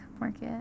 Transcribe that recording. market